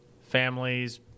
families